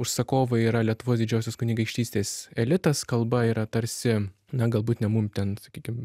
užsakovai yra lietuvos didžiosios kunigaikštystės elitas kalba yra tarsi na galbūt ne mum ten sakykim